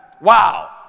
Wow